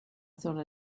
thought